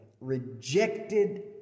rejected